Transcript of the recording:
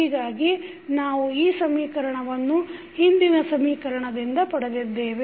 ಹೀಗಾಗಿ ನಾವು ಈ ಸಮೀಕರಣವನ್ನು ಹಿಂದಿನ ಸಮೀಕರಣದಿಂದ ಪಡೆದಿದ್ದೇವೆ